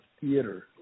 theater